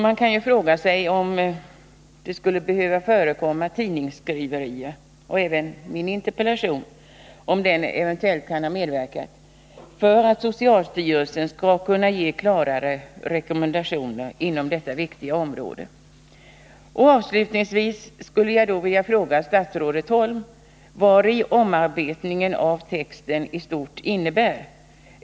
Man kan fråga sig om det skall behövas tidningsskriverier och interpellationer — om min interpellation kan ha medverkat — för att socialstyrelsen skall kunna ge klarare rekom Avslutningvis skulle jag vilja fråga statsrådet Holm vad omarbetningen av texten i stort innebär.